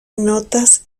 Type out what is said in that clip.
notas